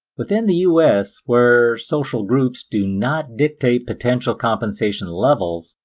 within the us, where social groups do not dictate potential compensation levels,